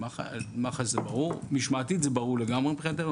מח"ש זה ברור משמעתית זה ברור לגמרי מבחינתנו,